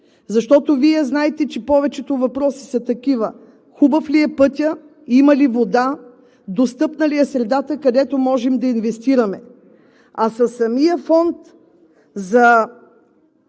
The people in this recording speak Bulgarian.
Вие знаете, че повечето въпроси са такива – хубав ли е пътят, има ли вода, достъпна ли е средата, където можем да инвестираме? А със самия фонд за